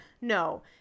No